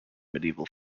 medieval